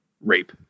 rape